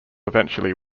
eventually